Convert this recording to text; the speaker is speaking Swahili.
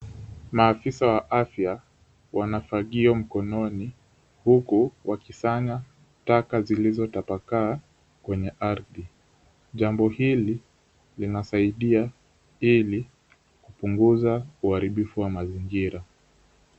Maafisa wa afya wana fagio mikononi huku wakisanya taka zilizotapakaa kwenye ardhi, jambo hili linasaidia ili kupunguza uharibifu wa mazingira.